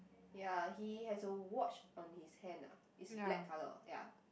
ya he has a watch on his hand ah it's black colour ya